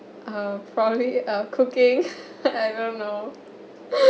uh probably uh cooking I don't know